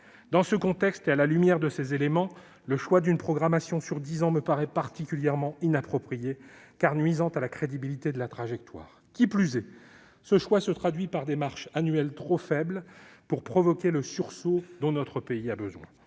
Dans ce contexte et à la lumière de ces éléments, le choix d'une programmation sur dix ans me paraît particulièrement inapproprié, car nuisant à la crédibilité de la trajectoire. Qui plus est, ce choix se traduit par des marches annuelles trop faibles pour provoquer le sursaut dont notre pays a besoin.